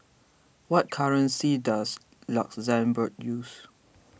what currency does Luxembourg use